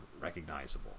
recognizable